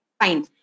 fine